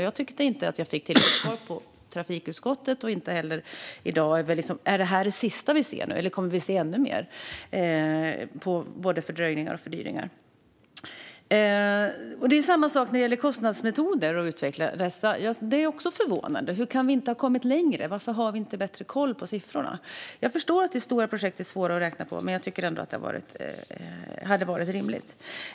Jag tycker inte att jag fick tillräckligt med svar i trafikutskottet och inte heller i dag. Är det här det sista vi ser nu, eller kommer vi att se ännu mer av både fördröjningar och fördyringar? Det är samma sak när det gäller att utveckla kostnadsmetoder. Det är också förvånande. Hur kan vi inte ha kommit längre? Varför har vi inte bättre koll på siffrorna? Jag förstår att det är svårt att räkna på stora projekt, men jag tycker ändå att det hade varit rimligt.